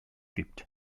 gibt